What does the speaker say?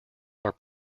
are